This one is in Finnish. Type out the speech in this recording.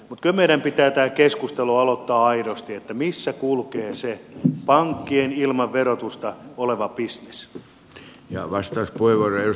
mutta kyllä meidän pitää tämä keskustelu aloittaa aidosti siitä missä kulkee se pankkien ilman verotusta oleva bisnes